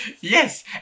Yes